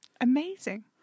Amazing